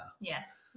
Yes